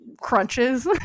crunches